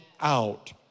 out